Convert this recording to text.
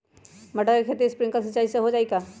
मटर के खेती स्प्रिंकलर सिंचाई से हो जाई का?